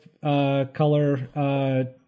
Color